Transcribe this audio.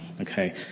Okay